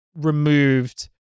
removed